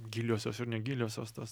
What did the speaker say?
giliosios ir negiliosios tos